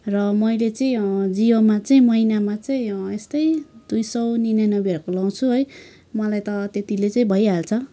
र मैले चाहिँ जियोमा चाहिँ महिनामा चाहिँ यस्तै दुई सौ निनानब्बेहरूको लगाउँछु है मलाई त त्यतिले चाहिँ भइहाल्छ